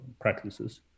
practices